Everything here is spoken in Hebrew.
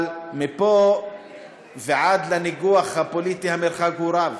אבל מפה ועד לניגוח הפוליטי המרחק רב,